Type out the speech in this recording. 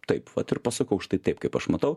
taip vat ir pasakau štai taip kaip aš matau